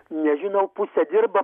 nežinau pusė dirba